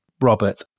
Robert